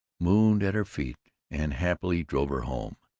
mooned at her feet, and happily drove her home.